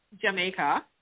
Jamaica